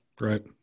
right